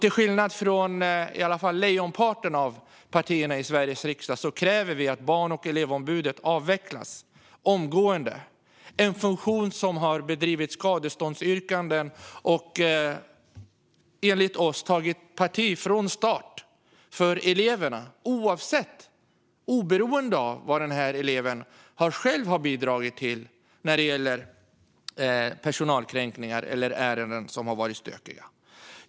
Till skillnad från lejonparten av partierna i Sveriges riksdag kräver vi också att Barn och elevombudet avvecklas omgående. Det är en funktion som har drivit skadeståndsyrkanden och, enligt oss, från starten tagit parti för eleven oberoende av vad eleven själv har bidragit till när det gäller personalkränkningar eller ärenden som har varit stökiga.